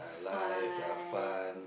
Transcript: it's fun